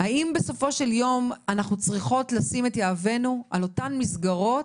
האם בסופו של יום אנחנו צריכים לשים יהבנו על אותן המסגרות